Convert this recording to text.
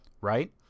right